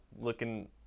looking